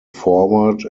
forward